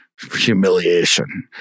Humiliation